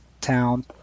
town